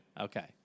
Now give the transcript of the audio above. Okay